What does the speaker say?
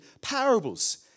parables